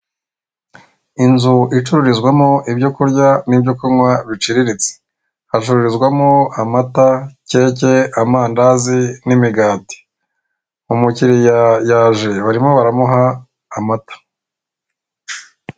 Inzu icururizwamo ibyo kurya n'ibyo kunywa biciriritse, hacururizwamo amata, keke, amandazi n'imigati, umukiliya yaje barimo baramuha amata.